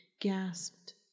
gasped